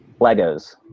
legos